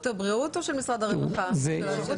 זה של הרווחה.